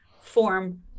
form